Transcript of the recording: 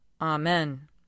Amen